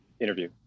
interview